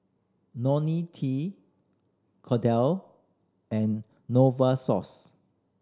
T Kordel and Novosource